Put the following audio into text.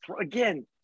Again